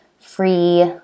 free